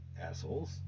assholes